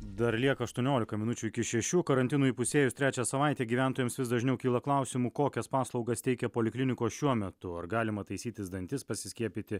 dar lieka aštuoniolika minučių iki šešių karantinui įpusėjus trečią savaitę gyventojams vis dažniau kyla klausimų kokias paslaugas teikia poliklinikos šiuo metu ar galima taisytis dantis pasiskiepyti